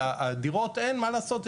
והדירות מה לעשות,